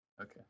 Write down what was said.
Okay